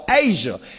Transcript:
Asia